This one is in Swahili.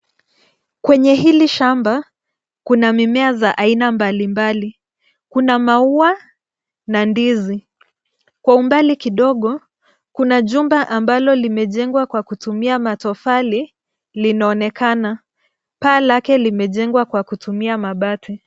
Kwenye hili shamba, kuna mimea za aina mbalimbali. Kuna maua na ndizi. Kwa umbali kidogo, kuna jumba ambalo limejengwa kwa kutumia matofali linaonekana. Paa lake kwa kutumia mabati.